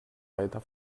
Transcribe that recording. weiter